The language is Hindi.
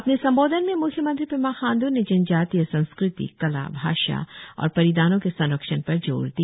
अपने संबोधन में म्ख्यमंत्री पेमा खांड् ने जनजातीय संस्कृति कला भाषा और परिधानों के संरक्षण पर जोर दिया